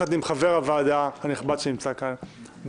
ביחד עם חבר הוועדה הנכבד שנמצא כאן,